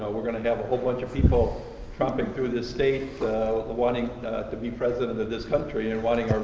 ah we're gonna have a whole bunch of people tromping through this state wanting to be president of this country. and wanting